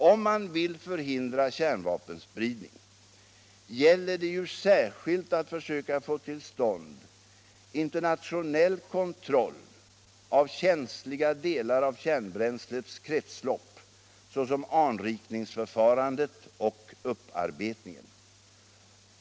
Om man vill förhindra kärnvapenspridning gäller det ju särskilt att försöka få till stånd internationell kontroll av känsliga delar av kärnbränslets kretslopp såsom anrikningsförfarandet och upparbetningen.